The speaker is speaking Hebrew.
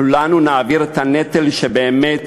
כולנו נעביר את הנטל כך שבאמת